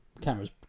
cameras